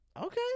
Okay